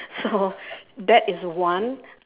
so that is one